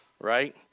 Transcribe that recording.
right